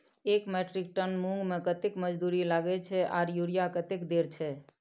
एक metric tonne मूंग में कतेक मजदूरी लागे छै आर यूरिया कतेक देर छै?